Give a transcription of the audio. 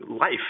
life